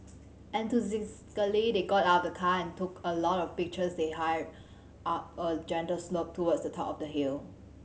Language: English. they got out of the car and took a lot of pictures they hiked up a gentle slope towards the top of the hill